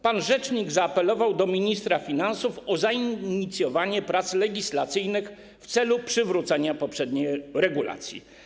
Pan rzecznik zaapelował do ministra finansów o zainicjowanie prac legislacyjnych w celu przywrócenia poprzedniej regulacji.